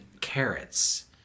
carrots